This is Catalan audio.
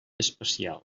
especial